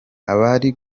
abari